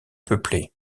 peuplé